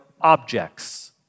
objects